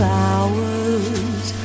hours